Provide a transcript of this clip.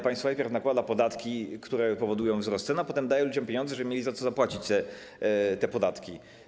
Państwo najpierw nakłada podatki, które powodują wzrost cen, a potem daje ludziom pieniądze, żeby mieli za co zapłacić te podatki.